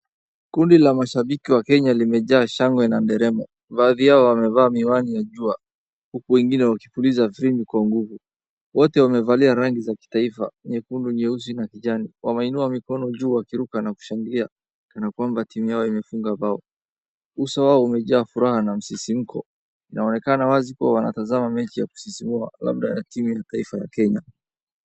Kundi la mashabiki wa kenya limejaa shangwe na nderemo. Baadhi yao wamevaa miwani ya jua huku wengine wakipuliza firimbi kwa nguvu. Wote wamevalia rangi za kitaifa nyekundu, nyeusi na kijani wameinua mikono juu wakiruka na kushangilia kana kwamba timu yao imefunga bao. Uso wao umejaa furaha na msisimuko inaonekana wazi kua wanatazama mechi ya kusisimua labda ya timu ya taifa ya Kenya.